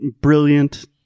brilliant